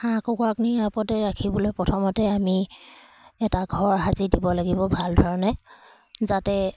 হাঁহ কুকুৰাখিনি ইয়াৰ ওপৰতে ৰাখিবলৈ প্ৰথমতে আমি এটা ঘৰ সাজি দিব লাগিব ভাল ধৰণে যাতে